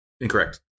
Incorrect